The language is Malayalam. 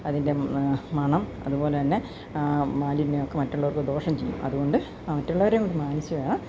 അതിൻ്റെ മണം അതുപോലെ തന്നെ മാലിന്യമൊക്കെ മറ്റുള്ളവർക്ക് ദോഷം ചെയ്യും അതുകൊണ്ട് മറ്റുള്ളവരെ മാനിച്ച് വേണം